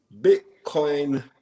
Bitcoin